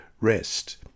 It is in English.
rest